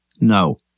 No